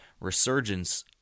resurgence